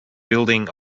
building